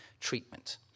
treatment